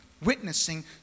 witnessing